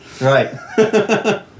Right